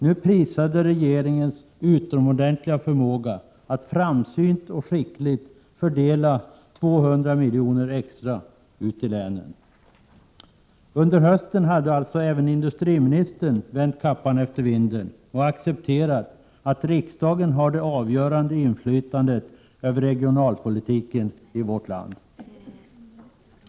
Nu prisades regeringens utomordentliga förmåga att framsynt och skickligt fördela 200 miljoner extra ut till länen. Under hösten hade alltså även industriministern vänt kappan efter vinden och accepterat att riksdagen har det avgörande inflytandet över regionalpolitiken i vårt land.